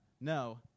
No